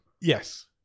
Yes